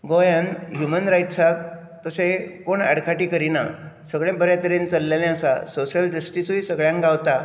गोंयांत ह्यूमन रायट्साक तशें कोण आडखाटी करना सगळ्या बऱ्या तरेन चल्ललें आसा सॉशल जस्टिसूय सगळ्यांक गावता